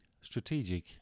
strategic